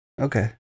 Okay